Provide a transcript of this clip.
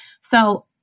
So-